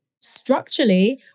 Structurally